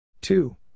Two